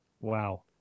Wow